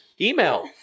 Email